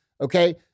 okay